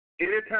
Anytime